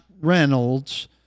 Reynolds